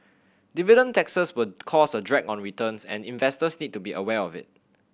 dividend taxes will cause a drag on returns and investors need to be aware of it